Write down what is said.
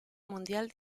mundial